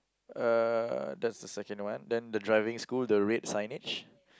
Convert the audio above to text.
uh that's the second one then the driving school the red signage